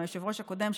עם היושב-ראש הקודם,